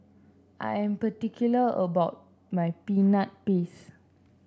'm particular about my Peanut Paste